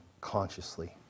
consciously